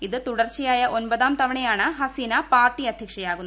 ഇത് തുടർച്ചയായ ഒൻപതാം തവണയാണ് ഹസീന പാർട്ടി അദ്ധ്യക്ഷയാകുന്നത്